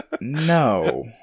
No